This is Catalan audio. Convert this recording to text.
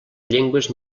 llengües